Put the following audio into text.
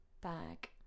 Bag